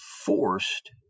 forced